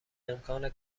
امکان